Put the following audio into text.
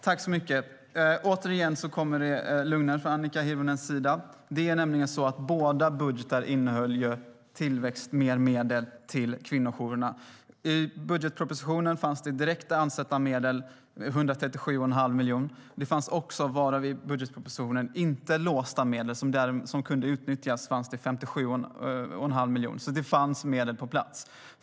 Herr talman! Återigen kommer det lögner från Annika Hirvonens sida. Båda budgetar innehöll mer medel till kvinnojourerna. I budgetpropositionen fanns direkt avsatta medel - 137 1⁄2 miljoner. Det fanns också i budgetpropositionen icke låsta medel som kunde utnyttjas - 57 1⁄2 miljoner. Det fanns medel på plats.